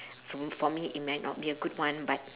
f~ for me it might not be a good one but